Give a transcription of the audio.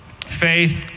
faith